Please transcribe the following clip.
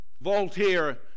Voltaire